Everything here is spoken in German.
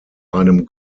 einem